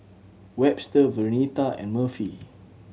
Webster Vernetta and Murphy